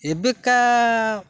ଏବେକା